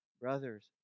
Brothers